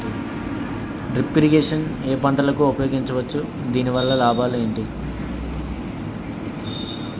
Drip irrigation ఏ పంటలకు ఉపయోగించవచ్చు? దాని వల్ల లాభాలు ఏంటి?